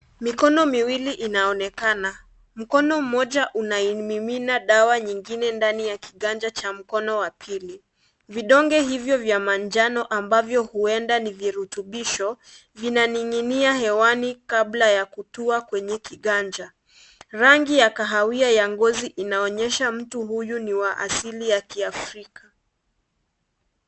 Mikono miwili inaonekana. Mkono mmoja unaimimina dawa nyingine ndani ya kiganja cha mkono wa pili. Vidonge hivyo vya manjano ambavyo huenda ni virutubisho vinaninginia hewani kabla ya kutua kwenye kiganja. Rangi ya kahawia ya ngozi inaonyesha mtu huyu ni wa asili ya Kiafrika.